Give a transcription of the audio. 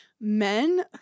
men